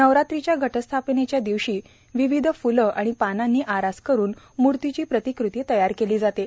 नवरात्रिच्या घटस्थापनेच्या दिवशी विविध फुल आणि पानांची आरास करून मुर्तीची प्रतिकृती तयार केली जाते